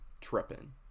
tripping